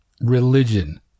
Religion